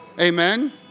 Amen